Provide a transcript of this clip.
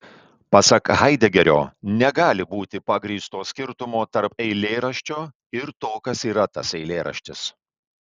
pasak haidegerio negali būti pagrįsto skirtumo tarp eilėraščio ir to kas yra tas eilėraštis